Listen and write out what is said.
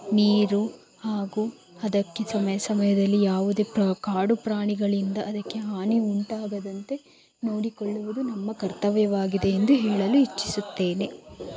ನೀರು ಹಾಗೂ ಅದಕ್ಕೆ ಸಮಯ ಸಮಯದಲ್ಲಿ ಯಾವುದೇ ಪ್ರ ಕಾಡು ಪ್ರಾಣಿಗಳಿಂದ ಅದಕ್ಕೆ ಹಾನಿ ಉಂಟಾಗದಂತೆ ನೋಡಿಕೊಳ್ಳುವುದು ನಮ್ಮ ಕರ್ತವ್ಯವಾಗಿದೆ ಎಂದು ಹೇಳಲು ಇಚ್ಛಿಸುತ್ತೇನೆ